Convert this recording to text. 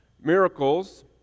miracles